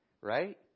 right